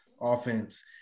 offense